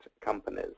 companies